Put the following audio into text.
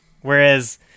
whereas